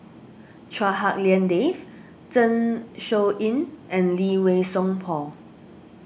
Chua Hak Lien Dave Zeng Shouyin and Lee Wei Song Paul